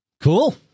Cool